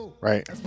Right